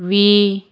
ਵੀ